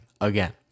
again